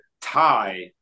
tie